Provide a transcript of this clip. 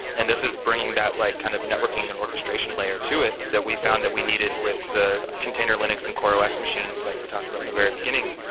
and this is bringing that like kind of networking and orchestration layer to it that we found that we needed with the container linux and coreos machines, like we talked about in the very beginning.